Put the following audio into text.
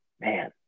man